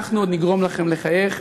אנחנו עוד נגרום לכם לחייך.